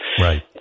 Right